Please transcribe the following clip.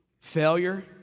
failure